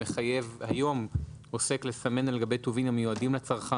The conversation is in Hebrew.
שמחייב היום עוסק לסמן על גבי טובין המיועדים לצרכן